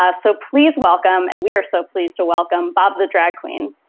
ah so please welcome. and we are so pleased to welcome bob the drag queen.